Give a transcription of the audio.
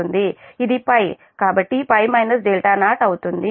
ఇది కాబట్టి π 0 అవుతుంది